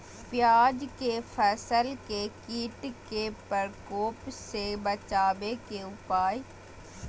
प्याज के फसल के कीट के प्रकोप से बचावे के उपाय?